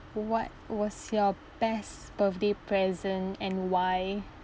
what was your best birthday present and why